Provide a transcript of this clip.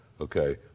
okay